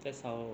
that's how old